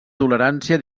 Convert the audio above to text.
tolerància